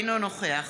אינו נוכח